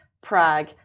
Prague